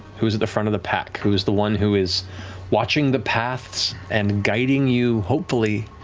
who's at the front of the pack? who is the one who is watching the paths and guiding you, hopefully,